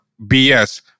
BS